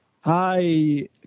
Hi